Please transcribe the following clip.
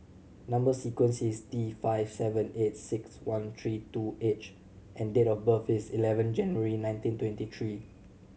number sequence is T five seven eight six one three two H and date of birth is eleven January nineteen twenty three